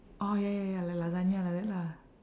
orh ya ya ya like lasagna like that lah